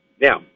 Now